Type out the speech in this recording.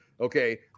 Okay